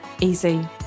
Easy